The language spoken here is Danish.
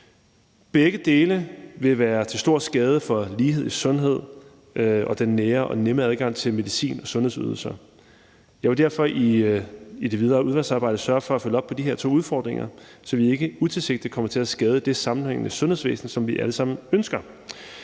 Begge dele vil være til stor skade for lighed i sundhed og den nære og nemme adgang til medicin og sundhedsydelser. Jeg vil derfor i det videre udvalgsarbejde sørge for at følge op på de her to udfordringer, så vi ikke utilsigtet kommer til at skade det sammenhængende sundhedsvæsen, som vi alle sammen ønsker.